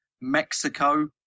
Mexico